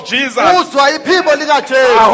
Jesus